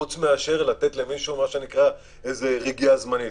חוץ מאשר לתת למישהו רגיעה זמנית,